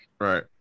right